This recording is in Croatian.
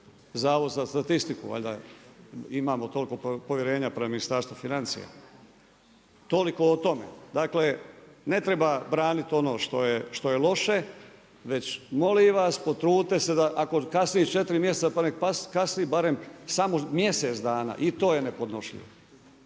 Zavod za statistiku valjda, imamo toliko povjerenja prema Ministarstvu financija. Toliko o tome. Dakle ne treba braniti ono što je loše, već molim vas potrudite se ako kasniš četiri mjeseca pa ne kasni barem samo mjesec dana i to je nepodnošljivo.